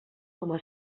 coma